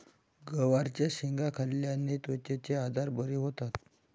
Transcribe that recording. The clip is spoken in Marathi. गवारच्या शेंगा खाल्ल्याने त्वचेचे आजार बरे होतात